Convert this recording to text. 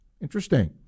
Interesting